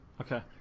okay